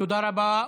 תודה רבה.